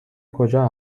کجا